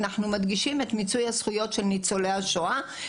אנחנו מדגישים את מיצוי הזכויות של ניצולי השואה.